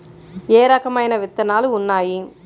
ఏ రకమైన విత్తనాలు ఉన్నాయి?